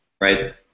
right